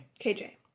KJ